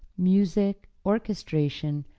music, orchestration,